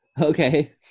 Okay